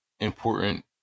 important